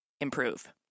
improve